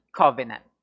covenant